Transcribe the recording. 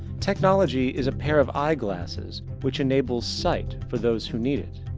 technology is a pair of eye glasses, which enables sight for those who need it.